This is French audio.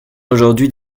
aujourd’hui